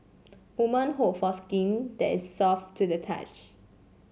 woman hope for skin that is soft to the touch